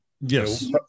Yes